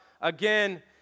again